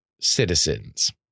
citizens